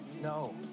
No